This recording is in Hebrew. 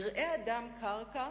יראה אדם קרקע